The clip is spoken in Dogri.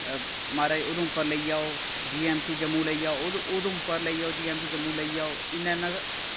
म्हाराज उधमपुर लेई जाओ जी ऐम्म सी जम्मू लेई जाओ उधमपुर लेई जाओ जी ऐम्म सी जम्मू लेई जाओ इ'न्ना इ'न्ना